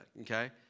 Okay